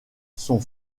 sont